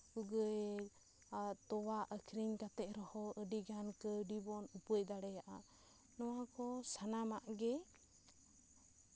ᱩᱱᱠᱩ ᱜᱟᱹᱭᱟᱜ ᱛᱚᱣᱟ ᱟᱠᱷᱨᱤᱧ ᱠᱟᱛᱮᱜ ᱨᱮᱦᱚᱸ ᱟᱹᱰᱤᱜᱟᱱ ᱠᱟᱹᱣᱰᱤ ᱵᱚᱱ ᱩᱯᱟᱹᱭ ᱫᱟᱲᱮᱭᱟᱜᱼᱟ ᱱᱚᱣᱟ ᱠᱚ ᱥᱟᱱᱟᱢᱟᱜ ᱜᱮ